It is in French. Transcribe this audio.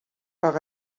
par